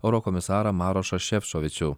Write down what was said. eurokomisarą marošą šefčovičių